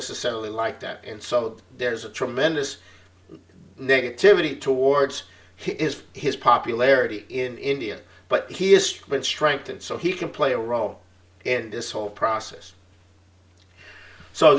necessarily like that and so there's a tremendous negativity towards him is his popularity in india but he is strong but strengthened so he can play a role in this whole process so